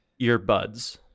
earbuds